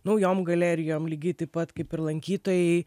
naujom galerijom lygiai taip pat kaip ir lankytojai